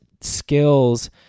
skills